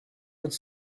could